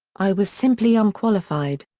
i was simply unqualified.